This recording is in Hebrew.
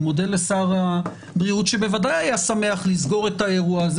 אני מודה לשר הבריאות שבוודאי היה שמח לסגור את האירוע הזה.